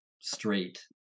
straight